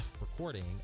recording